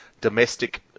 domestic